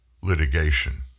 litigation